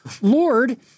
Lord